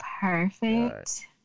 perfect